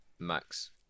max